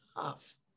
tough